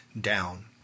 down